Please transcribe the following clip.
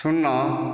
ଶୂନ